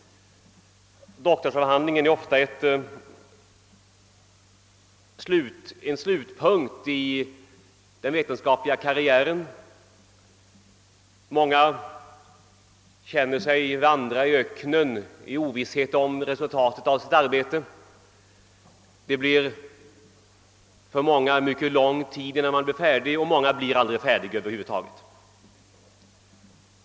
Doktorsavhandlingen är ofta en slutpunkt i den vetenskapliga karriären. Många känner sig vandra i öknen i ovisshet om resultatet av sitt arbete. För många tar det mycket lång tid innan de blir färdiga och många blir aldrig färdiga över huvud taget.